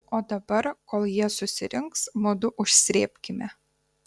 o dabar kol jie susirinks mudu užsrėbkime